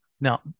Now